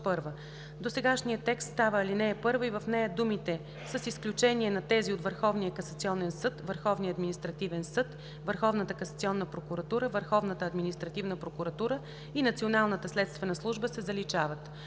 Досегашният текст става ал. 1 и в нея думите „с изключение на тези от Върховния касационен съд, Върховния административен съд, Върховната касационна прокуратура, Върховната административна прокуратура и Националната следствена служба“ се заличават.